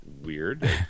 weird